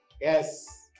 Yes